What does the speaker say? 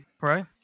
Right